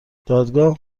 دادگاهها